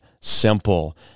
simple